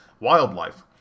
Wildlife